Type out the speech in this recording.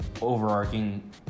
overarching